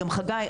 גם חגי,